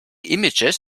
images